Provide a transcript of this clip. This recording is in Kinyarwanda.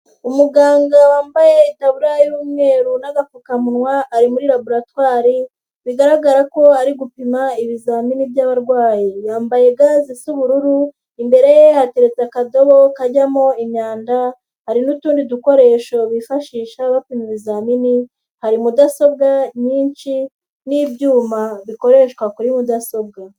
Umuganga wambaye itaburiya y'umweru n'agapfukamunwa ari muri laboratware bigaragara ko ari gupima ibizamini by'abarwayi, yambaye ga zisa ubururu imbere ye hateretse akadobo kajyamo imyanda, hari n'utundi dukoresho bifashisha bapima ibizamini hari mudasobwa nyinshi n'ibyuma bikoreshwa kuri mudasobwa.